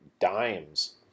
dimes